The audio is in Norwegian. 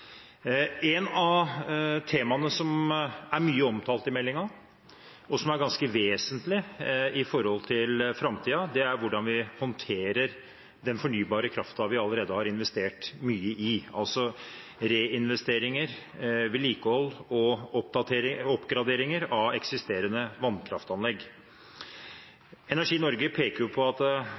Et av temaene som er mye omtalt i meldingen, og som er ganske vesentlig i framtiden, er hvordan vi håndterer den fornybare kraften vi allerede har investert mye i, altså reinvesteringer, vedlikehold og oppgraderinger av eksisterende vannkraftanlegg. Energi Norge peker på at